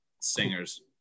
singers